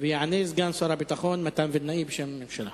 יענה סגן שר הביטחון מתן וילנאי, בשם הממשלה.